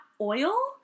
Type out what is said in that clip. oil